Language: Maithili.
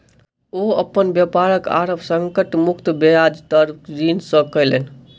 ओ अपन व्यापारक आरम्भ संकट मुक्त ब्याज दर ऋण सॅ केलैन